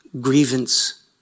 grievance